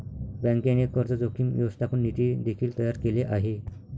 बँकेने कर्ज जोखीम व्यवस्थापन नीती देखील तयार केले आहे